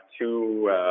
two